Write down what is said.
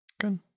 Good